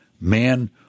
man